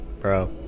bro